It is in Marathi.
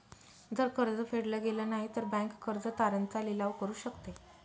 जर कर्ज फेडल गेलं नाही, तर बँक कर्ज तारण चा लिलाव करू शकते